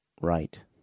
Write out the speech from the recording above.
right